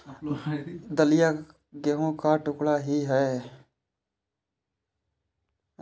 दलिया गेहूं का टुकड़ा ही है